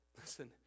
Listen